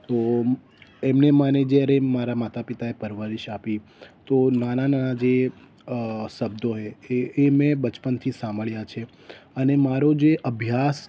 તો એમને મને જ્યારે મારાં માતા પિતા એ પરવરીશ આપી તો નાના નાના જે શબ્દો હોય એ એ મેં બચપનથી સાંભળ્યા છે અને મારો જે અભ્યાસ